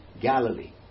Galilee